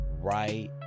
right